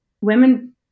women